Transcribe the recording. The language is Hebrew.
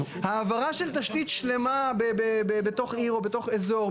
העברה של תשתית שלמה בתוך עיר או בתוך אזור,